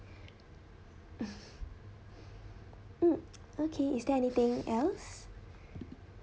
mm okay is there anything else